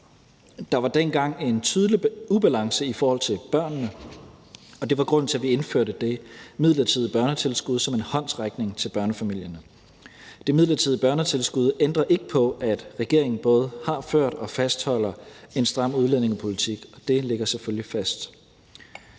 Der var dengang en tydelig ubalance i forhold til børnene, og det var grunden til, at vi indførte det midlertidige børnetilskud som en håndsrækning til børnefamilierne. Det midlertidige børnetilskud ændrer ikke på, at regeringen både har ført og fastholder en stram udlændingepolitik. Det ligger selvfølgelig fast.